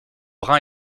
brun